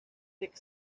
thick